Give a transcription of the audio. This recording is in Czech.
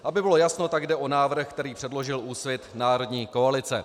Aby bylo jasno, tak jde o návrh, který předložil Úsvit Národní koalice.